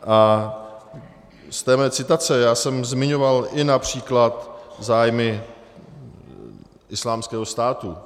A z té mé citace, já jsem zmiňoval i například zájmy Islámského státu.